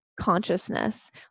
consciousness